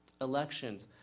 elections